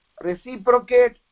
reciprocate